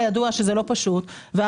ידוע שזה לא פשוט עם נכסים ישנים של המדינה.